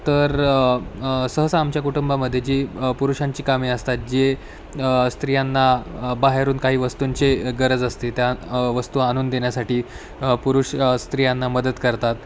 तर सहसा आमच्या कुटुंबामध्ये जी पुरुषांची कामे असतात जे स्त्रियांना बाहेरून काही वस्तूंची गरज असते त्या वस्तू आ आणून देण्यासाठी पुरुष स्त्रियांना मदत करतात